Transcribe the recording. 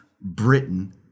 Britain